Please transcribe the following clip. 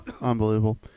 Unbelievable